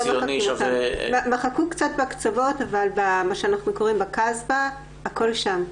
מחקו קצת בקצוות, אבל הכול שם.